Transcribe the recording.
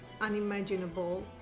unimaginable